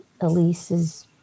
Elise's